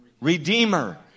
Redeemer